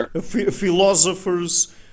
Philosophers